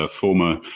former